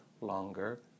longer